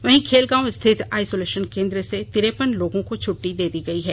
वहीं खेलगांव रिथत आइसोलेशन केंद्र से तिरपन लोगों को छुट्टी दी गई है